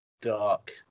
dark